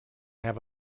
have